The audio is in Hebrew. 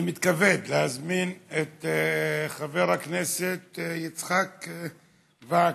אני מתכבד להזמין את חבר הכנסת יצחק וקנין.